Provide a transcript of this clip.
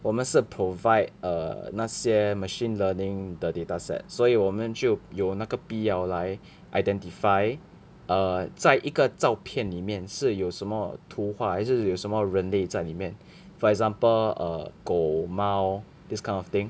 我们是 provide err 那些 machine learning 的 data set 所以我们就有那个必要来 identify err 在一个照片里面是有什么图画还是有什么人类在里面 for example err 狗猫 this kind of thing